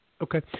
Okay